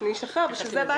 אני אשחרר, בשביל זה באתי.